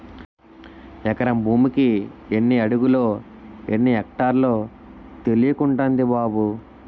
ఎకరం భూమికి ఎన్ని అడుగులో, ఎన్ని ఎక్టార్లో తెలియకుంటంది బాబూ